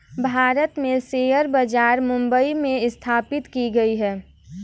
भारत में शेयर बाजार मुम्बई में स्थापित की गयी है